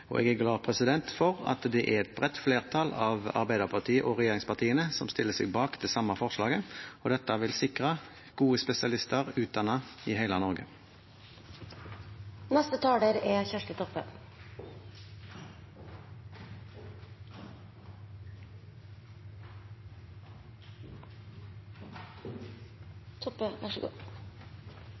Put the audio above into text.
landet. Jeg er glad for at det er et bredt flertall av Arbeiderpartiet og regjeringspartiene som stiller seg bak det samme forslaget, og dette vil sikre gode spesialister, utdannet i